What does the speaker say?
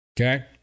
Okay